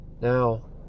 Now